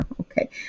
okay